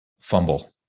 fumble